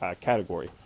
category